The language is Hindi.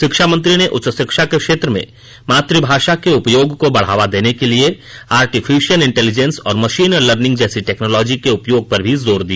शिक्षा मंत्री ने उच्च शिक्षा के क्षेत्र में मातुभाषा के उपयोग को बढ़ावा देने के लिए आर्टिफिशियन इंटेलीजेंस और मशीन लर्निंग जैसी टेक्नोनलॉजी के उपयोग पर भी जोर दिया